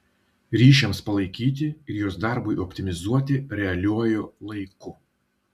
ryšiams palaikyti ir jos darbui optimizuoti realiuoju laiku